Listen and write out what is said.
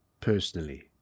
personally